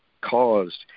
caused